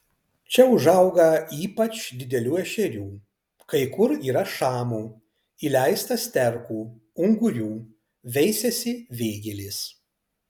čia užauga ypač didelių ešerių kai kur yra šamų įleista sterkų ungurių veisiasi vėgėlės